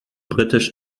britisch